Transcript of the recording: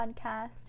podcast